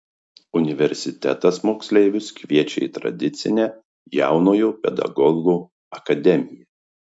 universitetas moksleivius kviečia į tradicinę jaunojo pedagogo akademiją